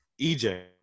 EJ